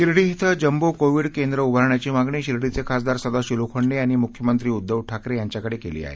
शिर्डी ॐ jumbo Covid केंद्र उभारण्याची मागणी शिर्डीचे खासदार सदाशिव लोखंडे यांनी मुख्यमंत्री उद्धव ठाकरे यांच्याकडे केली आहे